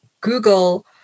google